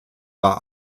war